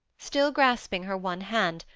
still grasping her one hand,